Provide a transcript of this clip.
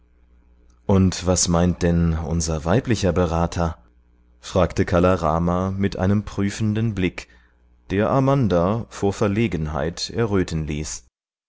und was meint denn unser weiblicher berater fragte kala rama mit einem prüfenden blick der amanda vor verlegenheit erröten ließ